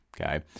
Okay